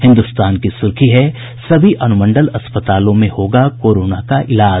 हिन्दुस्तान की सुर्खी है सभी अनुमंडल अस्पतालों में होगा कोरोना का इलाज